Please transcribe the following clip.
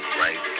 right